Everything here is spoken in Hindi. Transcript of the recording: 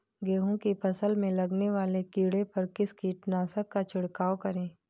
गेहूँ की फसल में लगने वाले कीड़े पर किस कीटनाशक का छिड़काव करें?